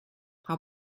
how